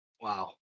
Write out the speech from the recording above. Wow